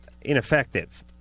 ineffective